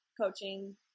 coaching